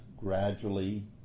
gradually